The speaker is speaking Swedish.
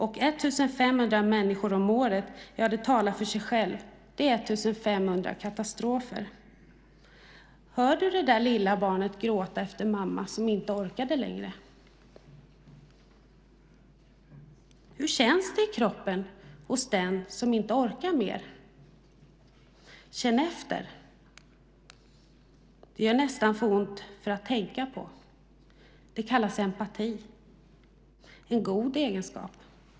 1 500 människor om året, ja, det talar för sig själv. Det är 1 500 katastrofer. Hör du det där lilla barnet gråta efter mamma som inte orkade längre? Hur känns det i kroppen hos den som inte orkar mer? Känn efter! Det gör nästan för ont för att tänka på. Det kallas empati, en god egenskap.